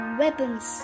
weapons